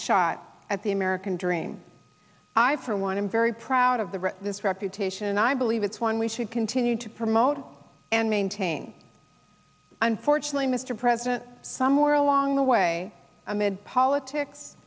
shot at the american dream i for one am very proud of the this reputation and i believe it's one we should continue to promote and maintain unfortunately mr president somewhere along the way amid politics